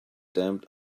damned